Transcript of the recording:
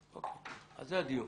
אז זה הדיון.